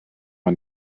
man